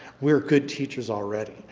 we're good teachers already.